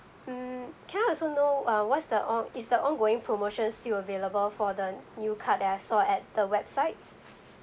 mm can I also know uh what's the on~ is the ongoing promotion's still available for the new card as I saw at the website